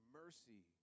mercy